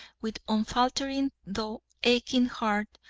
with unfaltering though aching heart,